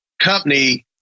company